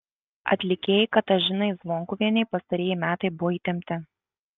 atlikėjai katažinai zvonkuvienei pastarieji metai buvo įtempti